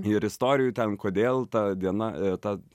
ir istorijų ten kodėl ta diena ta